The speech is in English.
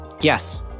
Yes